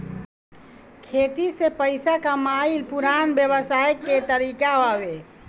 खेती से पइसा कमाइल पुरान व्यवसाय के तरीका हवे